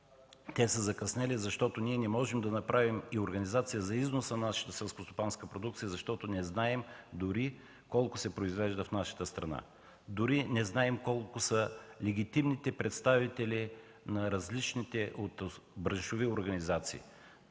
те са закъснели, защото не можем да направим и организация за износ на нашата селскостопанска продукция, защото не знаем дори колко се произвежда в нашата страна и колко са легитимните представители на различните браншови организации.